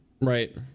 Right